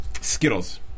Skittles